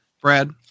Brad